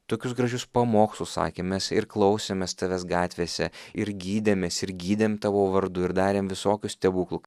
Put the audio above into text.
tokius gražius pamokslus sakėm mes ir klausėmės tavęs gatvėse ir gydėmės ir gydėm tavo vardu ir darėme visokių stebuklų